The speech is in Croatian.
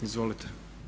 Izvolite.